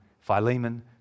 Philemon